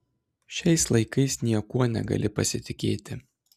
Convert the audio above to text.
šiais laikais niekuo negali pasitikėti